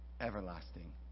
everlasting